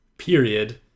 Period